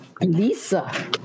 Lisa